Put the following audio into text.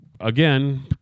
again